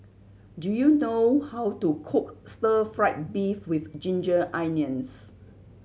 do you know how to cook stir fried beef with ginger onions